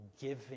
giving